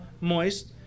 moist